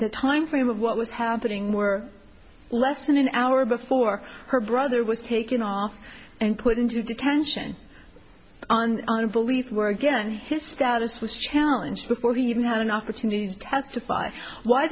time frame of what was happening were less than an hour before her brother was taken off and put into detention on a belief where again his status was challenge before he even had an opportunity to testify why